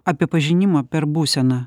apie pažinimą per būseną